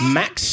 max